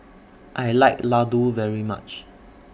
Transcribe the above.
I like Ladoo very much